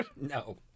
No